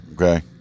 Okay